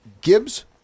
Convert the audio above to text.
Gibbs